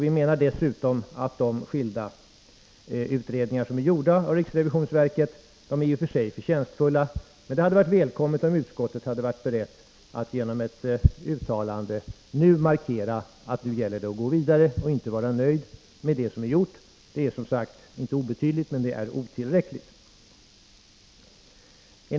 Vi menar dessutom att de skilda utredningar som är gjorda av riksrevisionsverket i och för sig är förtjänstfulla. Det hade emellertid varit välkommet om utskottet varit berett att genom ett uttalande markera att det nu gäller att gå vidare och inte vara nöjd med det som är gjort. Det är som sagt inte obetydligt, men det är otillräckligt.